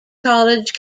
college